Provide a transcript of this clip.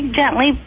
gently